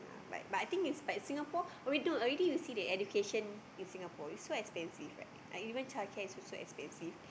but but I think its like Singapore already you see the education in Singapore is so expensive even childcare already so expensive